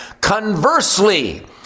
Conversely